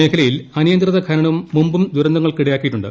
മേഖലയിൽ അനിയന്ത്രിത ഖനനം മുമ്പും ദുരന്തങ്ങൾക്കിടയാക്കിയിട്ടുണ്ട്